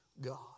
God